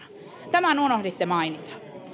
tämän unohditte mainita